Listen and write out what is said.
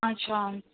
अच्छा